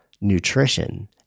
nutrition